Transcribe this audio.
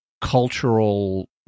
cultural